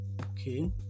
okay